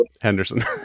Henderson